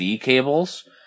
cables